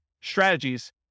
strategies